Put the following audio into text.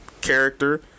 Character